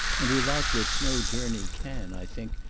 and without which no journey can, i think,